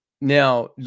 Now